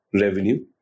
revenue